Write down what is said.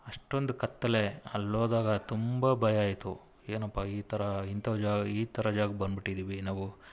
ಅಷ್ಟೊಂದು ಕತ್ತಲೆ ಅಲ್ಲಿ ಹೋದಾಗ ತುಂಬ ಭಯ ಆಯಿತು ಏನಪ್ಪಾ ಈ ಥರ ಇಂಥ ಜಾಗ ಈ ಥರ ಜಾಗಕ್ಕೆ ಬಂದ್ಬಿಟ್ಟಿದ್ದೀವಿ ನಾವು